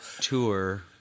Tour